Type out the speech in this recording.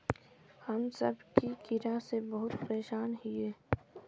हम सब की कीड़ा से बहुत परेशान हिये?